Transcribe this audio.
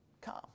Come